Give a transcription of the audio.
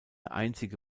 einzige